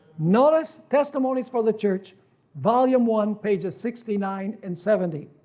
notice testimonies for the church volume one page of sixty nine and seventy.